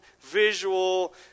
visual